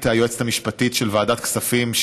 היועצת המשפטית של ועדת הכספים,